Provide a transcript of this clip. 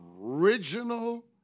original